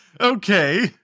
Okay